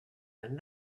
and